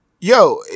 yo